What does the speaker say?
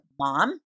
mom